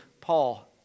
Paul